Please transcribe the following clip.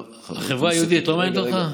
החברה היהודית לא מעניינת אותך?